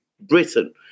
Britain